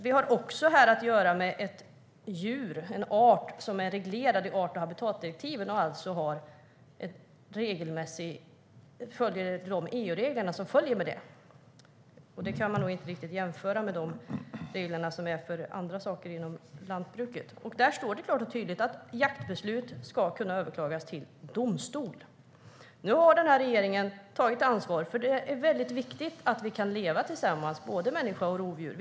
Vi har här att göra med ett djur, en art, som är reglerad i art och habitatdirektiven och i de EU-regler som följer med detta. Det kan man nog inte riktigt jämföra med de regler som gäller för andra saker inom lantbruket. Där står klart och tydligt att jaktbeslut ska kunna överklagas till domstol. Nu har regeringen tagit ansvar, för det är viktigt att vi kan leva tillsammans - människa och rovdjur.